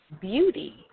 beauty